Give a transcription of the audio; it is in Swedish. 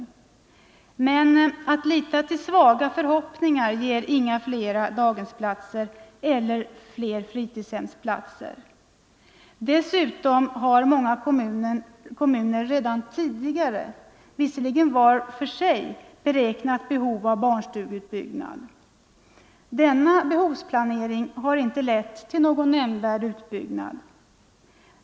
Men att lita till svaga förhoppningar ger inga fler daghemsplatser eller fritidshemsplatser. Dessutom har många kommuner redan tidigare var för sig beräknat behovet av barnstugeutbyggnad. Denna behovsplanering har inte lett till någon nämnvärd utbyggnad.